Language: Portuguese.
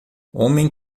homem